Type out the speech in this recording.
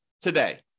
today